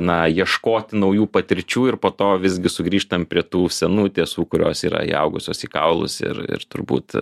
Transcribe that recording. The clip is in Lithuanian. na ieškoti naujų patirčių ir po to visgi sugrįžtam prie tų senų tiesų kurios yra įaugusios į kaulus ir ir turbūt